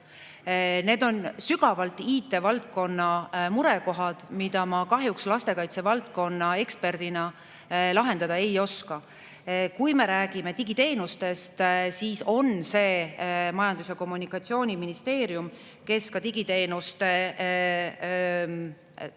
Need on IT‑valdkonna murekohad, mida ma kahjuks lastekaitsevaldkonna eksperdina lahendada ei oska. Kui me räägime digiteenustest, siis on see Majandus‑ ja Kommunikatsiooniministeerium, kes digiteenuste määrusega